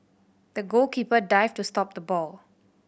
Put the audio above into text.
the goalkeeper dived to stop the ball